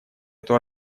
эту